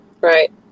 Right